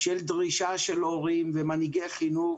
של דרישה של הורים, ומנהיגי חינוך,